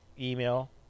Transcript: email